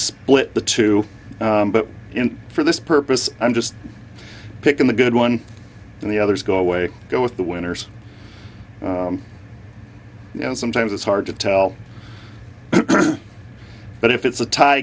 split the two but in for this purpose i'm just picking the good one and the others go away go with the winners you know sometimes it's hard to tell but if it's a tie